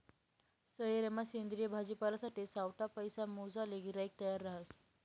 सयेरमा सेंद्रिय भाजीपालासाठे सावठा पैसा मोजाले गिराईक तयार रहास